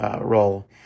role